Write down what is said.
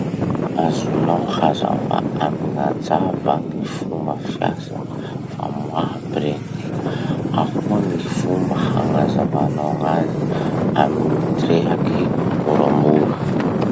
Azonao hazavà amy gn'ajà va ny fomba fiasa famoaha printy? Ahoa gny fomba hagnazavanao gn'azy amy ty rehaky moramora.